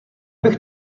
bych